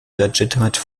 legitimate